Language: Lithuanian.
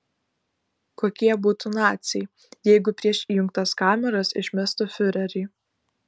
kokie būtų naciai jeigu prieš įjungtas kameras išmestų fiurerį